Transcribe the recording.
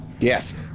Yes